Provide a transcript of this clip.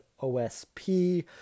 OSP